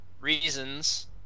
reasons